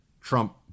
Trump